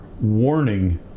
warning